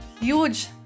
huge